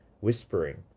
Whispering